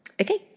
Okay